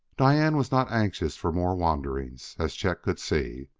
diane was not anxious for more wanderings, as chet could see.